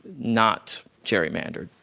not gerrymandered.